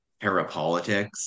parapolitics